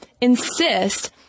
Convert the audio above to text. insist